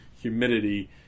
humidity